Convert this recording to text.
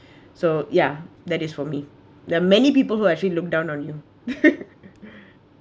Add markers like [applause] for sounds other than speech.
so ya that is for me there are many people who actually look down on you [laughs]